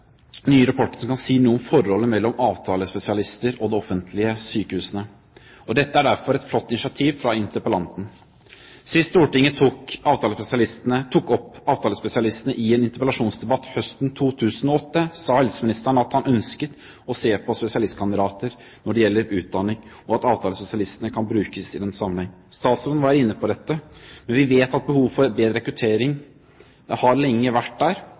nye rapporter som kan si noe om forholdet mellom avtalespesialistene og de offentlige sykehusene, og dette er derfor et flott initiativ fra interpellanten. Sist Stortinget tok opp avtalespesialistene i en interpellasjonsdebatt, høsten 2008, sa daværende helseminister at han ønsket å se på spesialistkandidater når det gjelder utdanning, og at avtalespesialistene kan brukes i den sammenheng. Statsråden var inne på dette. Men vi vet at behovet for bedre rekruttering lenge har vært der,